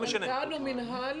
מאיל,